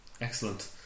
Excellent